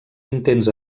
intents